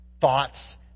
thoughts